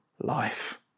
life